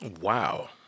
Wow